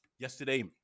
yesterday